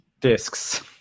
discs